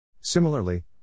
Similarly